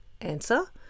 Answer